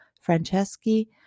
Franceschi